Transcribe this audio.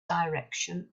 direction